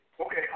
Okay